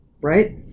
right